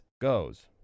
goes